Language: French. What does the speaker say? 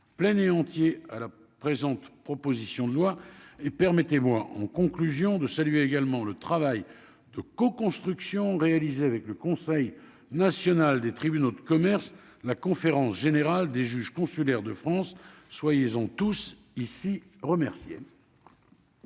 plein et entier à la présente proposition de loi et permettez-moi, en conclusion de saluer également le travail de coconstruction réalisé avec le Conseil national des tribunaux de commerce, la conférence générale des juges consulaires de France, soit ils ont tous ici remercier.